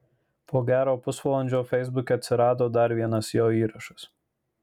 po gero pusvalandžio feisbuke atsirado dar vienas jo įrašas